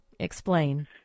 explain